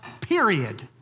period